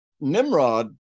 Nimrod